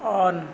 on